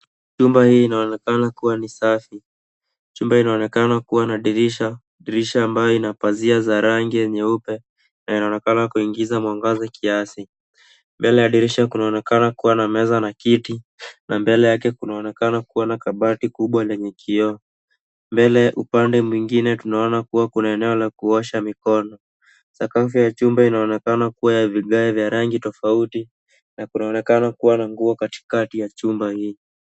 Chumba hii inaonekana kuwa safi. Chumba inaonekana kuwa na dirisha ambayo ina pazia za rangi nyeupe na inaonekana kuingiza mwangaza kiasi. Mbele ya dirisha kunaonekana kuwa na meza na kiti na mbele yake kunaonekana kuwa na kabati kubwa lenye kioo. Mbele upande mwingine tunaona kuwa kuna eneo la kuosha mikono. Sakafu ya chumba inaonekana kuwa ya vigae vya rangi tofauti na kunaonekana kuwa na nguo katikati ya chumba hili.